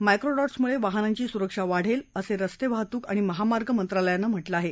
मायक्रोडॉट्समुळे वाहनांची सुरक्षा वाढेल असं रस्ते वाहतूक आणि महामार्ग मंत्रालयानं म्हटलं आहे